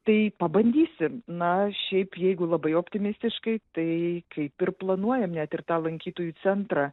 tai pabandysim na šiaip jeigu labai optimistiškai tai kaip ir planuojam netirta lankytojų centrą